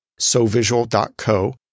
sovisual.co